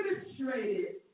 demonstrated